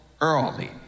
early